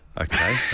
okay